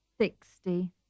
Sixty